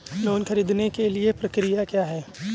Loan ख़रीदने के लिए प्रक्रिया क्या है?